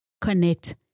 connect